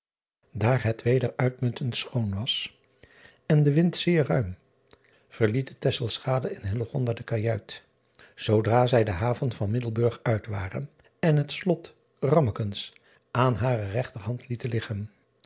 aar het weder uitmuntend schoon was en de wind zeer ruim verlieten en de kajuit zoodra zij de haven van iddelburg uit waren en het slot ammekens aan hare regterhand lieten liggen